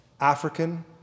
African